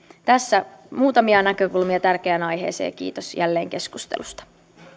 tässä muutamia näkökulmia tärkeään aiheeseen kiitos jälleen keskustelusta